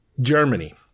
Germany